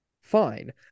fine